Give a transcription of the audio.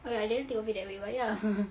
oh I didn't think of it that way bayar ah